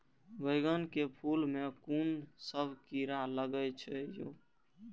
बैंगन के फल में कुन सब कीरा लगै छै यो?